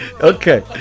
Okay